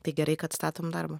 tai gerai kad statom darbu